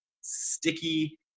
sticky